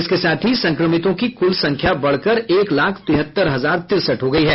इसके साथ ही संक्रमितों की कुल संख्या बढ़कर एक लाख तिहत्तर हजार तिरसठ हो गयी है